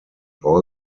all